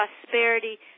prosperity